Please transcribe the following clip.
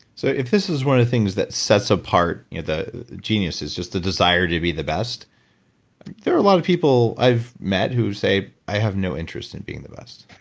so if this is one of the things that sets apart you know the geniuses, just the desire to be the best there are a lot of people i've met who say i have no interest in being the best,